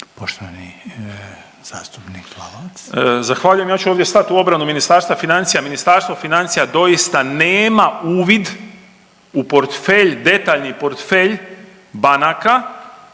**Lalovac, Boris (SDP)** Zahvaljujem. Ja ću ovdje stat u obranu Ministarstva financija, Ministarstvo financija doista nema uvid u portfelj, detaljni portfelj banaka,